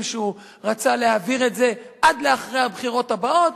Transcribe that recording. שהוא רצה להעביר את זה עד לאחרי הבחירות הבאות,